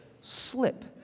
slip